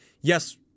Yes